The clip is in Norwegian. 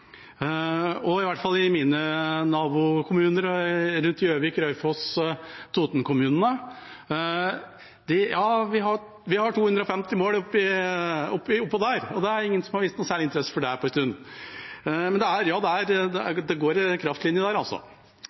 I hvert fall i mine nabokommuner, rundt Gjøvik, Raufoss, Toten, sier man kanskje: Vi har 250 mål oppå der – det er ingen som har vist noen særlig interesse for det på en stund, men det